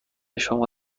شما